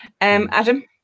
Adam